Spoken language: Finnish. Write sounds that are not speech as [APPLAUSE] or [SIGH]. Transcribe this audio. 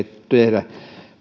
[UNINTELLIGIBLE] tehdä